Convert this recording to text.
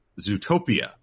Zootopia